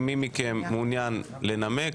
אם מי מכם שמעוניין לנמק,